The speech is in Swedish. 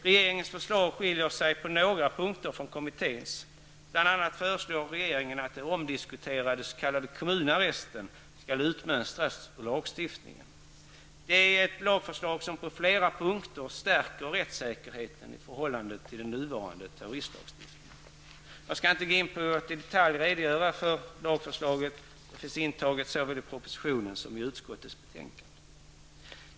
Regeringens förslag skiljer sig på några punkter från kommitténs. Bl.a föreslår regeringen att den omdiskuterade s.k. kommunarresten skall utmönstras ur lagstiftningen. Det är ett lagförslag som på flera punkter stärker rättssäkerheten i förhållande till den nuvarande terroristlagstiftningen. Jag skall inte gå in på att i detalj redogöra för lagförslaget. Detta finns återgivet såväl i propositionen som i utskottets betänkande.